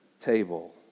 table